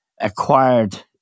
acquired